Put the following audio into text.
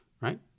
right